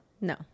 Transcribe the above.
No